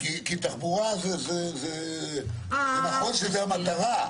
כי תחבורה זה נכון שזו המטרה,